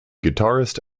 guitarist